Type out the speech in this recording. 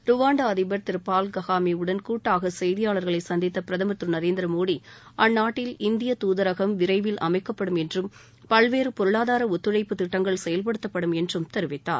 Rwanda அதிபர் திரு Paul Kagame வுடன் கூட்டாக செய்தியாளர்களை சந்தித்த பிரதமர் திரு நரேந்திர மோடி அந்நாட்டில் இந்திய துதரகம் விரைவில் அமைக்கப்படும் என்றும் பல்வேறு பொருளாதார ஒத்துழைப்புத் திட்டங்கள் செயல்படுத்தப்படும் என்றும் தெரிவித்தார்